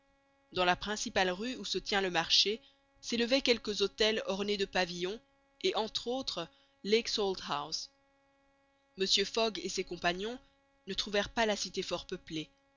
dans la principale rue où se tient le marché s'élevaient quelques hôtels ornés de pavillons et entre autres lake salt house mr fogg et ses compagnons ne trouvèrent pas la cité fort peuplée